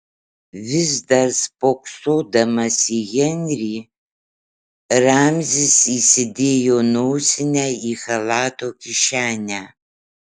vis dar spoksodamas į henrį ramzis įsidėjo nosinę į chalato kišenę